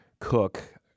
cook